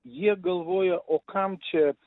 jie galvoja o kam čia